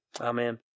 Amen